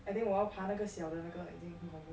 I think 我要爬那个小的那个已经很恐怖 leh